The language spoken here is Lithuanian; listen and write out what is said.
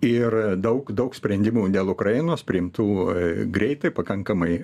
ir daug daug sprendimų dėl ukrainos priimtų greitai pakankamai